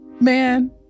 Man